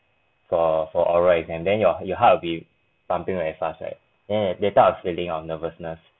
for for oral exam then then your your heart will be pumping very fast right then that type of feeling of nervousness